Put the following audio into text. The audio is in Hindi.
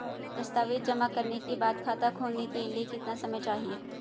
दस्तावेज़ जमा करने के बाद खाता खोलने के लिए कितना समय चाहिए?